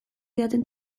didaten